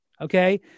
Okay